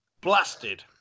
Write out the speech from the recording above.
Blasted